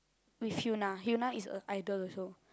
with hyuna Hyuna is a idol also